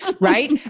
Right